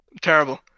Terrible